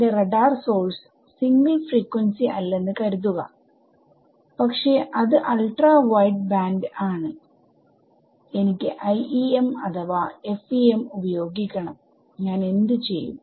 എന്റെ radar sources single frequency അല്ലെന്ന് കരുതുക പക്ഷെ അത് അൾട്രാ വൈഡ്ബാൻഡ് ആണ് എനിക്ക് IEM അഥവാ FEM ഉപയോഗിക്കണം ഞാൻ എന്ത് ചെയ്യും